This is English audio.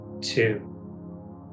two